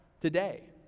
today